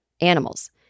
animals